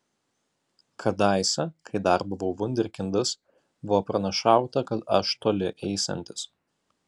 kadaise kai dar buvau vunderkindas buvo pranašauta kad aš toli eisiantis